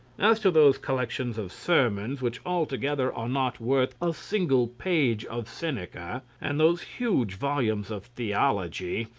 as to those collections of sermons, which altogether are not worth a single page of seneca, and those huge volumes of theology,